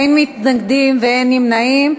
אין מתנגדים ואין נמנעים,